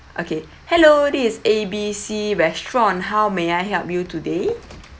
okay hello this is A B C restaurant how may I help you today